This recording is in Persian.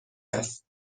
است